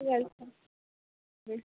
ঠিক হুম হুম